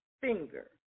finger